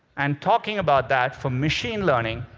and talking about that, for machine learning,